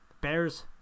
Bears